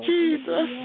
Jesus